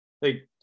hey